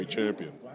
Champion